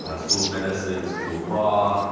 ah school of medicine, school of law,